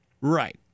Right